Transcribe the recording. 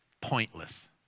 Pointless